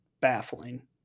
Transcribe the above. baffling